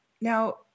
now